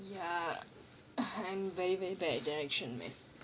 ya I am very very bad at direction man